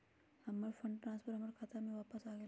हमर fund transfer हमर खाता में वापस आ गेल